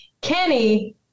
Kenny